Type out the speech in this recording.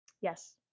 yes